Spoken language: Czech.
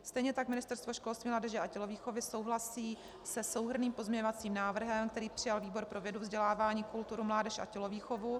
Stejně tak Ministerstvo školství, mládeže a tělovýchovy souhlasí se souhrnným pozměňovacím návrhem, který přijal výbor pro vědu, vzdělávání, kulturu, mládež a tělovýchovu.